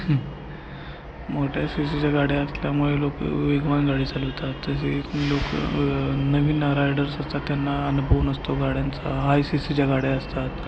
मोठ्या सी सीच्या गाड्या असल्यामुळे लोकं वेगवान गाडी चालवतात तसेच लोकं नवीन रायडर्स असतात त्यांना अनुभव नसतो गाड्यांचा हाय सी सीच्या गाड्या असतात